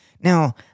Now